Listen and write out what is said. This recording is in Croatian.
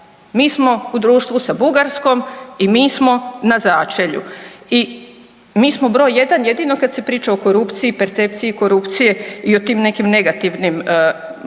mi smo u društvu sa Bugarskom i mi smo na začelju i mi smo broj 1 jedino kad se priča o korupciji, percepciji korupcije i o tim nekim negativnim